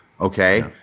Okay